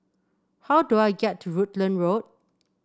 how do I get to Rutland Road